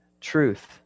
truth